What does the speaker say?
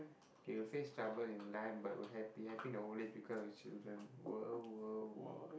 he will face trouble in life but will happy happy in the old age because of children !woah! !woah!